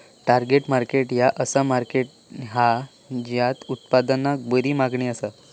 target market ह्या असा market हा झय उत्पादनाक बरी मागणी असता